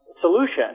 solution